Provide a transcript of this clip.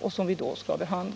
och som vi då skall behandla.